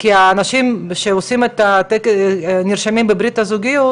כי האנשים שנרשמים בברית הזוגיות,